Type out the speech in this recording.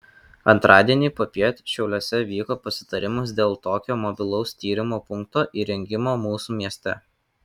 antradienį popiet šiauliuose vyko pasitarimas dėl tokio mobilaus tyrimų punkto įrengimo mūsų mieste